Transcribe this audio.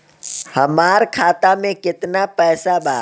हमार खाता मे केतना पैसा बा?